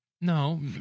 No